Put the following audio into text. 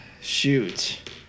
shoot